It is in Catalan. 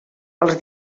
els